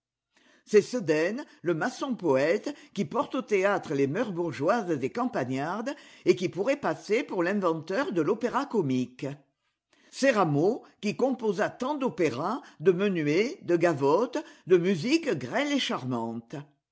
c'est sedaine le maçonpoète qui porte au théâtre les mœurs bourgeoises et campagnardes et qui pourrait passer pour l'inventeur de l'opéra-comique c'est rameau qui composa tant d'opéras de menuets de gavottes de musique grêle et charmante